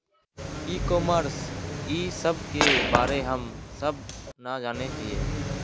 ई commerce इस सब के बारे हम सब ना जाने हीये?